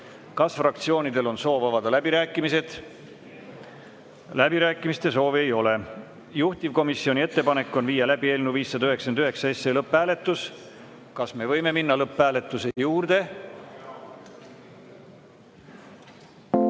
Kas fraktsioonidel on soov avada läbirääkimised? Läbirääkimiste soovi ei ole. Juhtivkomisjoni ettepanek on viia läbi eelnõu 599 lõpphääletus. Kas me võime minna lõpphääletuse